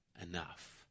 enough